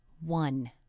One